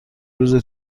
روزه